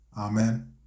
Amen